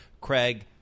Craig